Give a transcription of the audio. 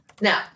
Now